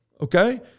Okay